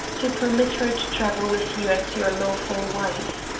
to permit her to travel with you as your lawful wife.